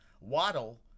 Waddle